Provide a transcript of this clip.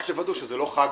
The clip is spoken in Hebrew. רק תוודאו שזה לא חג,